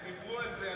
הם דיברו על זה,